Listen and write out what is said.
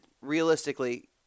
realistically